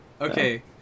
okay